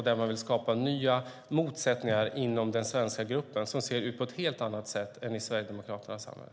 De vill skapa nya motsättningar inom den svenska gruppen som ser ut på ett helt annat sätt än i Sverigedemokraternas samhälle.